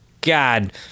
God